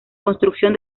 construcción